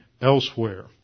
elsewhere